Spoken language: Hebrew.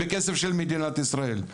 בכסף של מדינת ישראל,